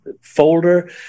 folder